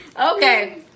okay